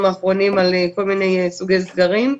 האחרונים אנחנו מדברים על כל מיני סוגי סגרים,